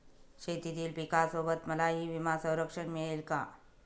शेतीतील पिकासोबत मलाही विमा संरक्षण मिळेल का?